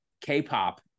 K-pop